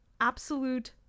absolute